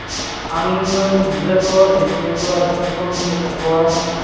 ᱟᱢ ᱫᱚ ᱜᱤᱫᱽᱨᱟᱹ ᱠᱚ ᱮᱱᱮᱡ ᱥᱮᱨᱮᱧ ᱠᱚ ᱪᱤᱛᱟᱹᱨ ᱠᱚᱢ ᱪᱮᱫ ᱟᱠᱚᱣᱟ